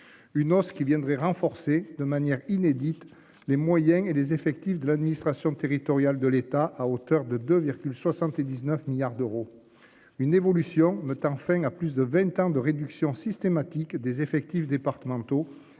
Une hausse qui viendrait renforcer de manière inédite, les moyens et les effectifs de l'administration territoriale de l'État à hauteur de de 79 milliards d'euros. Une évolution note enfin à plus de 20 ans de réduction systématique des effectifs départementaux